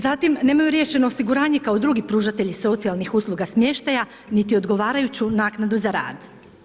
Zatim, nemaju riješeno osiguranje kao drugi pružatelji socijalnih usluga smještaja niti odgovarajuću naknadu za rad.